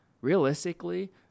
realistically